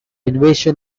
invasion